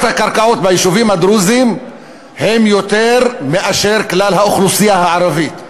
הקרקעות ביישובים הדרוזיים גבוה מאשר בכלל האוכלוסייה הערבית,